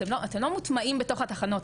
אתם לא מוטמעים בתוך התחנות,